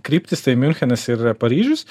kryptys tai miunchenas ir paryžius